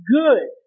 good